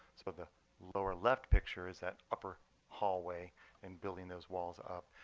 so but the lower left picture is that upper hallway and building those walls up.